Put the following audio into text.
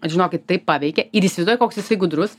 žinokit taip paveikė ir įsivaizduojat koks jisai gudrus